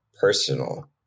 personal